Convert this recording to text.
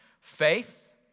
Faith